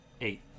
Eight